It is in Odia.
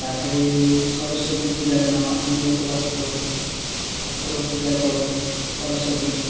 ତା'ପରେ ସରସ୍ଵତୀ ପୂଜା ଦିନ ଆମେ ଉପବାସ କରୁ ଠାକୁର ପୂଜା କରୁ ସରସ୍ଵତୀଙ୍କୁ